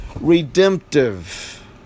redemptive